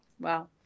Wow